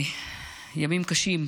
ימים קשים.